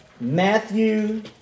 Matthew